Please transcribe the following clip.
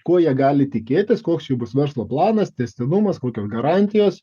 ko jie gali tikėtis koks jų bus verslo planas tęstinumas kokios garantijos